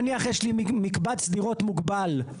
נניח, יש לי מקבל דירות מוגבל.